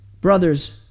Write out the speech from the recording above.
brothers